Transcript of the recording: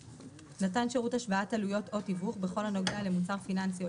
נתן שירות השוואת עלויות או תיווך בכל הנוגע למוצר פיננסי או